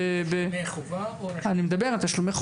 על תשלומי חובה ורשות.